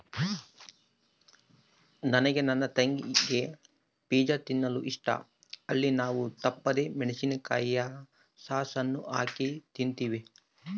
ನನಗೆ ನನ್ನ ತಂಗಿಗೆ ಪಿಜ್ಜಾ ತಿನ್ನಲು ಇಷ್ಟ, ಅಲ್ಲಿ ನಾವು ತಪ್ಪದೆ ಮೆಣಿಸಿನಕಾಯಿಯ ಸಾಸ್ ಅನ್ನು ಹಾಕಿ ತಿಂಬ್ತೀವಿ